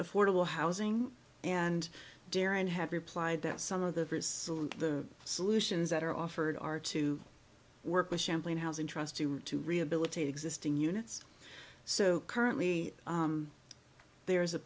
affordable housing and deron have replied that some of the the solutions that are offered are to work with champlain housing trust to rehabilitate existing units so currently there is a